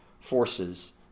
forces